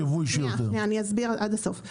אסביר עד הסוף.